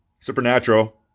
Supernatural